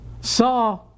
saw